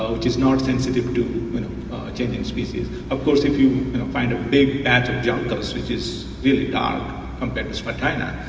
ah which is not sensitive to you know a and and species. of course if you find a big patch of juncus, which is really dark compared to spartina,